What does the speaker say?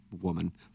woman